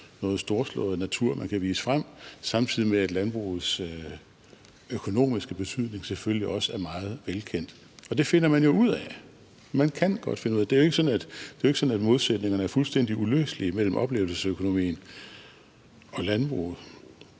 noget storslået natur, man kan vise frem, samtidig med at landbrugets økonomiske betydning selvfølgelig også er meget velkendt. Og det finder man jo ud af – man kan godt finde ud af det. Det er jo ikke sådan, at modsætningerne er fuldstændig uløselige mellem oplevelsesøkonomien og landbruget.